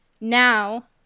now